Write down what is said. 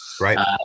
Right